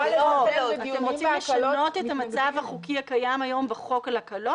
אתם רוצים לשנות את המצב החוקי הקיים היום בחוק על הקלות?